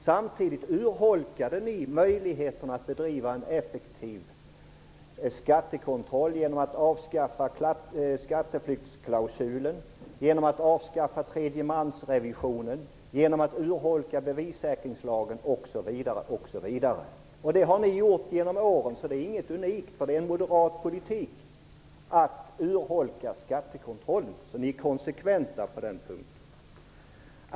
Samtidigt urholkade ni möjligheterna att bedriva en effektiv skattekontroll genom att avskaffa skatteflyktsklausulen, genom att avskaffa tredjemansrevisionen, genom att urholka bevissäkringslagen osv. Det har ni gjort genom åren, så det är ingenting unikt. Det är moderat politik att urholka skattekontrollen. På den punkten är ni konsekventa.